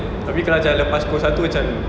tapi kalau macam lepas pukul satu macam